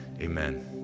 amen